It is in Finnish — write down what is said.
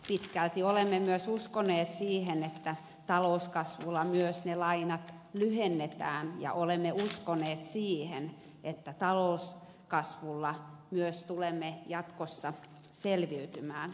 pitkälti olemme myös uskoneet siihen että talouskasvulla ne lainat myös lyhennetään ja olemme uskoneet siihen että talouskasvulla myös tulemme jatkossa selviytymään